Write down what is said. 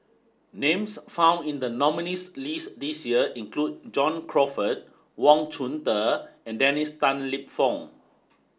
names found in the nominees list this year include John Crawfurd Wang Chunde and Dennis Tan Lip Fong